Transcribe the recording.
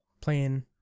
playing